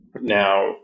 Now